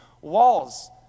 walls